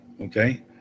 okay